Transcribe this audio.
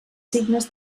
signes